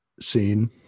scene